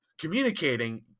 communicating